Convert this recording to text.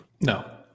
No